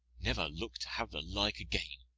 never look to have the like again